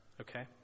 okay